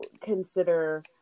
consider